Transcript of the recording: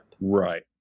Right